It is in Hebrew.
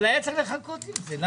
אבל היה צריך לחכות עם זה.